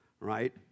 right